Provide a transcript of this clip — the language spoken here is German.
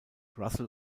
russell